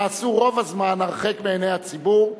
נעשו רוב הזמן הרחק מעיני הציבור,